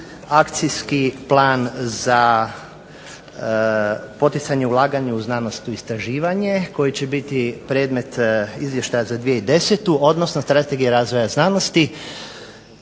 Akcijski plan za poticanje u ulaganje u znanost i istraživanje koji će biti predmet Izvještaja za 2010., odnosno Strategije razvoja znanosti